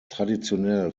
traditionell